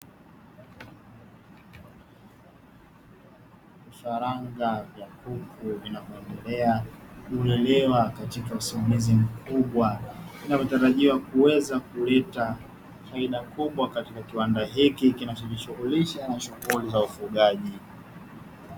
Vifaranga vya kuku vinavyoendelea kulelewa katika usimamizi mkubwa, inavyotarajiwa kuweza kuleta faida kubwa katika kiwanda hiki kinachojishughulisha na shughuli za ufugaji.